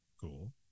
cool